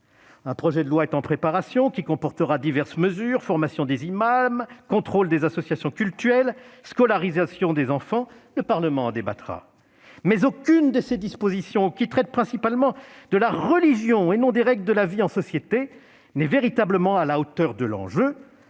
Un projet de loi est en préparation, qui comportera diverses mesures : formation des imams, contrôle des associations cultuelles, scolarisation des enfants ... Le Parlement en débattra. Mais aucune de ces dispositions, qui traitent principalement de la religion, et non des règles de la vie en société, n'est véritablement à la hauteur de l'enjeu,